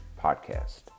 podcast